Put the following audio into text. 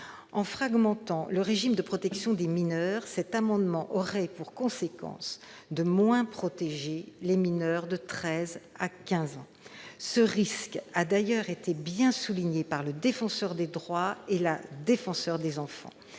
En fragmentant le régime de protection des mineurs, l'adoption de ces amendements aurait pour conséquence de moins protéger les mineurs de treize à quinze ans. Ce risque a d'ailleurs été souligné par le Défenseur des droits et la Défenseure des enfants.